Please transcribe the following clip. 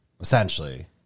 essentially